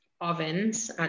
ovens